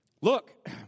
look